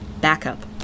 backup